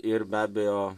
ir be abejo